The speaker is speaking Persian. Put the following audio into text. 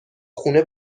خونه